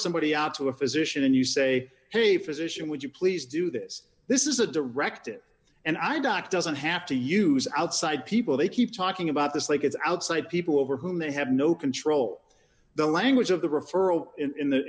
somebody out to a physician and you say hey physician would you please do this this is a directive and i doc doesn't have to use outside people they keep talking about this like it's outside people over whom they have no control the language of the referral in